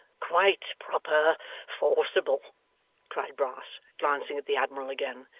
quite proper forcible cried brass, glancing at the admiral again,